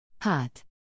Hot